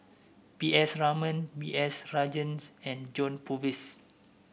P S Raman B S Rajhans and John Purvis